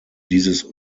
dieses